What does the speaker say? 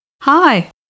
Hi